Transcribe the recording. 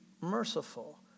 merciful